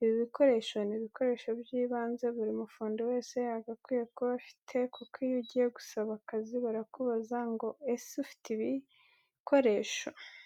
Ibi bikoresho ni ibikoresho by'ibanze buri mufundi wese yagakwiye kuba afite kuko iyo ugiye gusaba akazi barakubaza ngo: ''Ese ufite ibikoresho?''